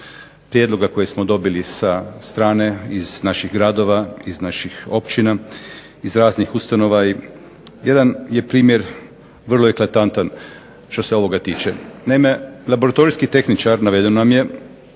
prijedloga koje smo dobili sa strane iz naših gradova, iz naših općina, iz raznih ustanova i jedan je primjer vrlo eklatantan što se ovoga tiče. Naime, laboratorijski tehničar navedeno nam je